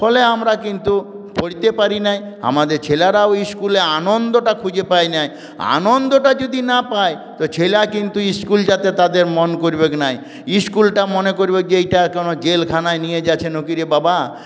ফলে আমরা কিন্তু পড়তে পারিনি আমাদের ছেলেরাও ইস্কুলে আনন্দটা খুঁজে পায় না আনন্দটা যদি না পায় তো ছেলে কিন্তু স্কুল যেতে তাদের মন করবে না স্কুলটা মনে করবে যে এইটা কোনও জেল খানায় নিয়ে যাচ্ছে নাকি রে বাবা